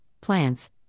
plants